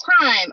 time